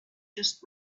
just